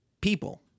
People